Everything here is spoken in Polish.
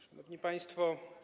Szanowni Państwo!